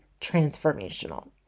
transformational